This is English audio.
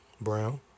Brown